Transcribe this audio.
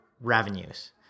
revenues